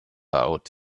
out